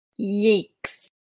Yikes